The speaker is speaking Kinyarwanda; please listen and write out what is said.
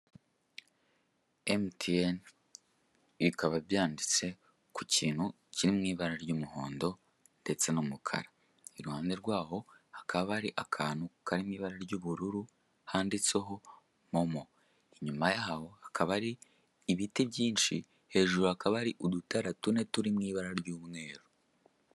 MTN bikaba byanditse ku kintu kiri mu ibara ry'umuhondo ndetse n'umukara, iruhande rwaho hakaba hari akantu kari mu ibara ry'ubururu handitseho MoMo, inyuma yaho hakaba hari ibiti byinshi hejuru hakaba ari udutara tune turi mu ibara ry'umweru.